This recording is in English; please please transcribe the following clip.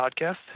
podcast